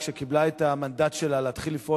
כשקיבלה את המנדט שלה להתחיל לפעול